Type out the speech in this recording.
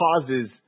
causes